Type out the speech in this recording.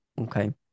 Okay